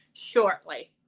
shortly